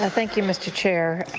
and thank you, mr. chair.